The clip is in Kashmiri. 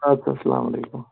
اَدٕ سا اسلامُ علیکُم